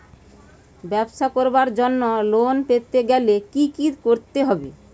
ব্যবসা করার জন্য লোন পেতে গেলে কি কি করতে হবে?